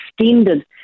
extended